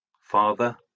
Father